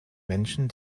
menschen